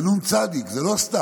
זה נ"צ, זה לא סתם.